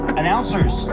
announcers